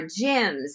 gyms